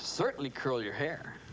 certainly curl your hair